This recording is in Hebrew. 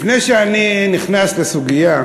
לפני שאני נכנס לסוגיה,